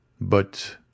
But